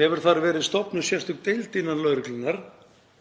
hefur m.a. verið stofnuð sérstök deild innan lögreglunnar